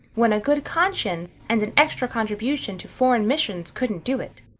when a good conscience and an extra contribution to foreign missions couldn't do it.